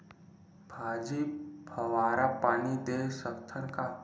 भाजी फवारा पानी दे सकथन का?